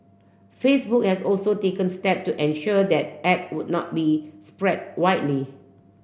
Facebook has also taken step to ensure that app would not be spread widely